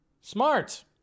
Smart